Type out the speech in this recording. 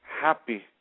happy